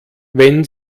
wenn